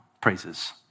praises